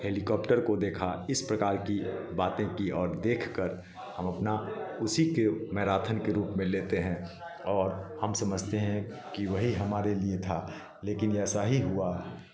helicopter को देखा इस प्रकार की बाते की और देखकर हम अपना उसी के मैराथन के रूप में लेते हैं और हम समझते हैं कि वही हमारे लिए था लेकिन ऐसा ही हुआ